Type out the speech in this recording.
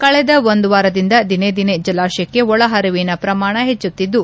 ಕಳೆದ ಒಂದು ವಾರದಿಂದ ದಿನೇ ದಿನೇ ಜಲಾಶಯಕ್ಷಿ ಒಳ ಹರಿವಿನ ಪ್ರಮಾಣ ಹೆಚ್ಚುತ್ತಿದ್ಲು